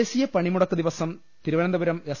ദേശീയ പണിമുടക്ക് ദിവസം തിരുവനന്തപുരം എസ്